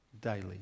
daily